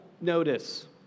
notice